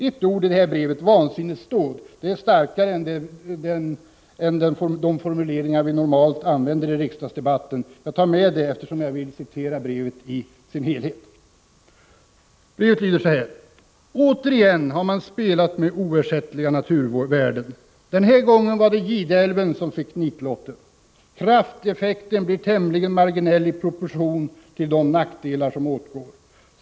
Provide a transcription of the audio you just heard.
Ett ord i brevet, ordet vansinnesdåd, är starkare än de formuleringar vi normalt använder i riksdagsdebatten. Jag tar med det ändå, eftersom jag vill citera brevet i dess helhet: ”Återigen har man spelat med oersättliga naturvärden. Den här gången var det Gideälven som fick nitlotten. Krafteffekten blir tämligen marginell i proportion till de nackdelar som åtgår.